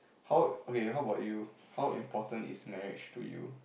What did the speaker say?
how okay how about you how important is marriage to you